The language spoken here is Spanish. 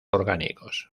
orgánicos